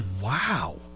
Wow